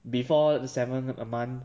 before the seventh month